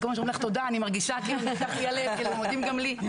אז כל פעם שאומרים לך תודה אני מרגישה שמודים גם לי.